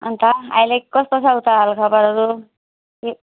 अन्त अहिले कस्तो छ उता हालखबरहरू